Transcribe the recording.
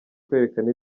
kwerekana